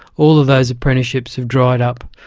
all those apprenticeships have dried up,